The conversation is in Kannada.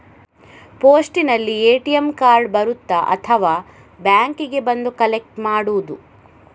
ಪೋಸ್ಟಿನಲ್ಲಿ ಎ.ಟಿ.ಎಂ ಕಾರ್ಡ್ ಬರುತ್ತಾ ಅಥವಾ ಬ್ಯಾಂಕಿಗೆ ಬಂದು ಕಲೆಕ್ಟ್ ಮಾಡುವುದು?